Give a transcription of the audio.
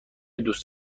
دوست